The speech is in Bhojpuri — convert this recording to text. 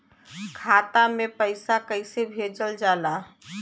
खाता में पैसा कैसे भेजल जाला?